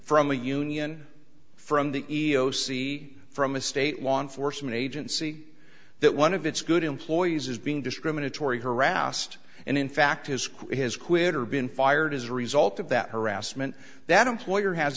from a union from the e e o c from a state law enforcement agency that one of its good employees is being discriminatory harassed and in fact his crew has quit or been fired as a result of that harassment that employer has